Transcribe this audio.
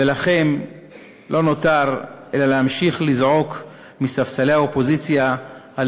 ולכן לא נותר אלא להמשיך לזעוק מספסלי האופוזיציה על